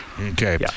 Okay